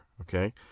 Okay